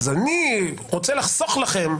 אז אני רוצה לחסוך לכם,